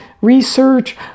research